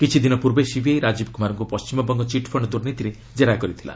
କିଛି ଦିନ ପୂର୍ବେ ସିବିଆଇ ରାଜୀବ କୁମାରଙ୍କୁ ପଣ୍ଟିମବଙ୍ଗ ଚିଟ୍ଫଣ୍ଡ ଦୁର୍ନୀତିରେ ଜେରା କରିଥିଲା